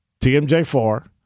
TMJ4